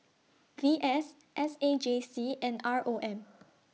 V S S A J C and R O M